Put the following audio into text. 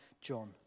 John